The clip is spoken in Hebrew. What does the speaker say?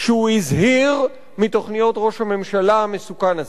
כשהוא הזהיר מתוכניות ראש הממשלה המסוכן הזה.